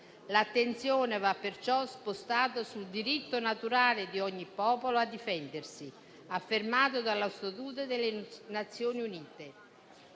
L'attenzione va perciò spostata sul diritto naturale di ogni popolo a difendersi, affermato dallo statuto delle Nazioni Unite.